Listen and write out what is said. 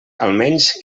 almenys